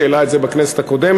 שהעלה את זה בכנסת הקודמת,